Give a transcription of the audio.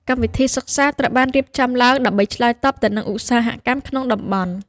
កម្មវិធីសិក្សាត្រូវបានរៀបចំឡើងដើម្បីឆ្លើយតបទៅនឹងឧស្សាហកម្មក្នុងតំបន់។